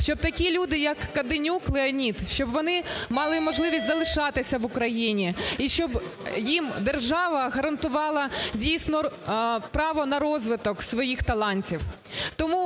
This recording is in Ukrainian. Щоб такі люди, як Каденюк Леонід, щоб вони мали можливість залишатися в Україні, і щоб їм держава гарантувала дійсно право на розвиток своїх талантів.